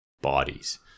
bodies